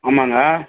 ஆமாங்க